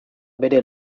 bere